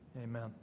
Amen